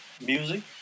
music